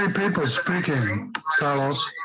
um vehicles became calls.